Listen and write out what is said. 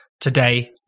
today